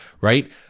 right